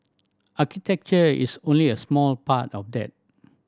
architecture is only a small part of that